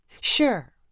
Sure